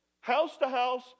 house-to-house